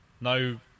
No